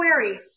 query